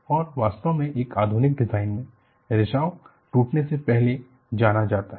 और वास्तव में एक आधुनिक डिजाइन में रिसाव टूटने से पहले जाना जाता है